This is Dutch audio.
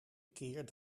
keer